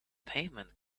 pavement